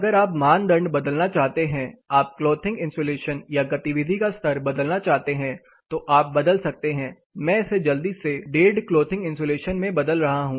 अगर आप मानदंड बदलना चाहते हैं आप क्लॉथिंग इंसुलेशन या गतिविधि का स्तर बदलना चाहते हैं तो आप बदल सकते हैं मैं इसे जल्दी से 15 क्लोथिंग इंसुलेशन में बदल रहा हूं